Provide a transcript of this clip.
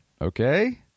okay